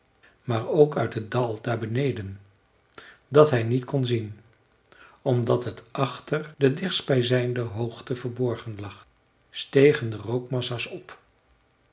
maar ook uit het dal daar beneden dat hij niet kon zien omdat het achter de dichtstbij zijnde hoogte verborgen lag stegen de rookmassa's op